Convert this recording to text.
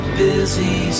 busy